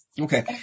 Okay